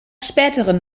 späteren